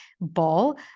ball